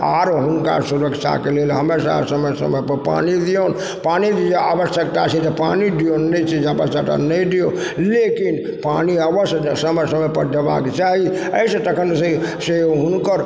आओर हुनका सुरक्षाके लेल हमेशा समय समयपर पानि दियौन पानिके जे आवश्यकता छै तऽ पानि दियोन नहि छै आवश्यकता तऽ नहि दियौ लेकिन पानि अवश्य दे समय समयपर देबाके चाही अइसँ तखनसँ से हुनकर